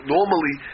Normally